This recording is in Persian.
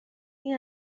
این